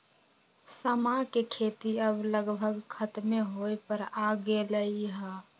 समा के खेती अब लगभग खतमे होय पर आ गेलइ ह